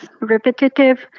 repetitive